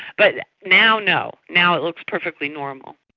but now no, now it looks perfectly normal.